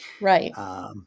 Right